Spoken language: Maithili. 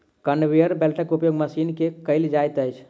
कन्वेयर बेल्टक उपयोग मशीन मे कयल जाइत अछि